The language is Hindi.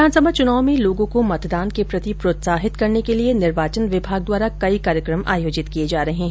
विधानसभा चुनाव में लोगों को मतदान के प्रति प्रोत्साहित करने के लिए निर्वाचन विभाग द्वारा कई कार्यक्रम आयोजित किये जा रहे हैं